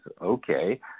Okay